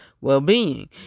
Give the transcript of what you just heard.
well-being